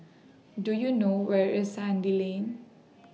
Do YOU know Where IS Sandy Lane